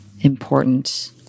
important